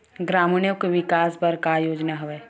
ग्रामीणों के विकास बर का योजना हवय?